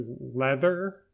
leather